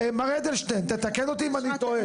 מר אדלשטיין תתקן אותי אם אני טועה.